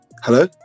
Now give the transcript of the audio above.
Hello